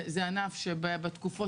זה ענף שבתקופות,